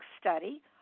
study